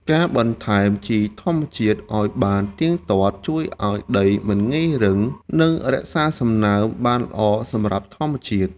ការបន្ថែមជីធម្មជាតិឱ្យបានទៀងទាត់ជួយឱ្យដីមិនងាយរឹង និងរក្សាសំណើមបានល្អសម្រាប់រុក្ខជាតិ។